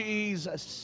Jesus